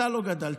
אתה לא גדלת